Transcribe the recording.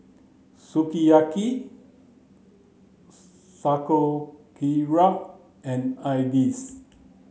Sukiyaki Sauerkraut and Idili